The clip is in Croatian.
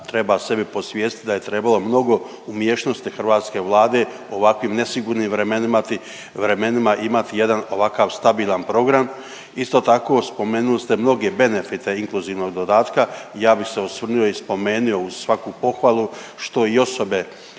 treba sebi posvijestit da je trebalo mnogo umiješnosti hrvatske Vlade u ovako nesigurnim vremenima imati jedan ovakav stabilan program. Isto tako spomenuli ste mnoge benefite inkluzivnog dodataka, ja bih se osvrnuo i spomenuo uz svaku pohvalu što i osobe